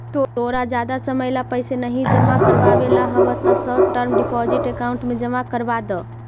तोरा जादा समय ला पैसे नहीं जमा करवावे ला हव त शॉर्ट टर्म डिपॉजिट अकाउंट में जमा करवा द